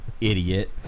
Idiot